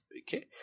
Okay